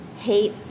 hate